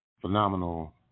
phenomenal